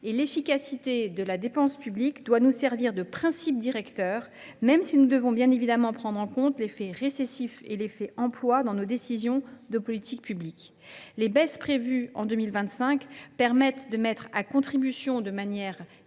L’efficacité de la dépense publique doit nous servir de principe directeur, même si nous devons évidemment prendre en compte l’effet récessif et l’effet emploi dans nos décisions de politique publique. Les baisses prévues en 2025 permettent de mettre à contribution de manière raisonnée